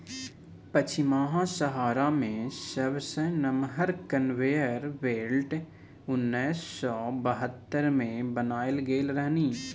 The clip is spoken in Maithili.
पछिमाहा सहारा मे सबसँ नमहर कन्वेयर बेल्ट उन्नैस सय बहत्तर मे बनाएल गेल रहनि